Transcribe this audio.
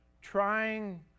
trying